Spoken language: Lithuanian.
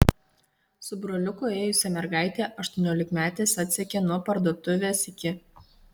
su broliuku ėjusią mergaitę aštuoniolikmetės atsekė nuo parduotuvės iki